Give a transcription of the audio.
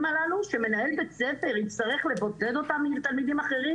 האלה שמנהל בית הספר יצטרך לבודד אותם מתלמידים אחרים?